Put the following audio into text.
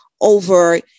over